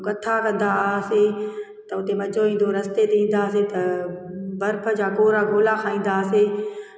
ऐं कथा कंदा हुआसीं त हुते मज़ो ईंदो हुओ रस्ते ते ईंदासीं त बर्फ़ जा कोरा गोला खाईंदा हुआसीं